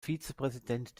vizepräsident